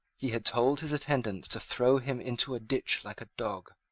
he had told his attendants to throw him into a ditch like a dog,